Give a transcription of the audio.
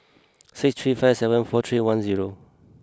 six three five seven four three one zero